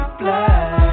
black